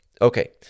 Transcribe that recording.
Okay